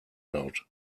doubt